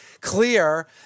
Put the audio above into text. clear